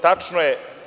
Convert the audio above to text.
Tačno je.